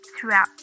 throughout